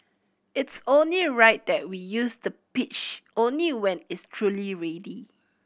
it's only right that we use the pitch only when it's truly ready